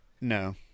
No